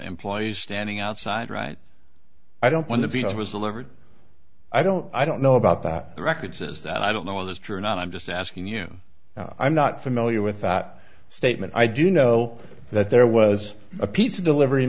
employees standing outside right i don't want to be i was delivered i don't i don't know about the records is that i don't know if that's true or not i'm just asking you i'm not familiar with that statement i do know that there was a pizza delivery